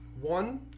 one